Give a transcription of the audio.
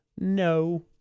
no